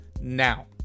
now